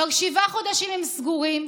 כבר שבעה חודשים הם סגורים.